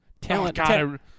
talent